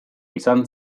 izan